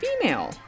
female